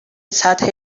سطح